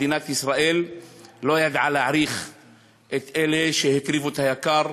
מדינת ישראל לא ידעה להעריך את אלה שהקריבו את היקר,